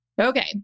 Okay